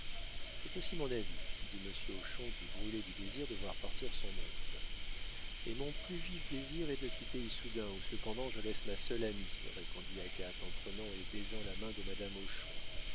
c'est aussi mon avis dit monsieur hochon qui brûlait du désir de voir partir son hôte et mon plus vif désir est de quitter issoudun où cependant je laisse ma seule amie répondit agathe en prenant et baisant la main de madame